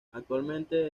actualmente